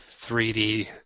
3D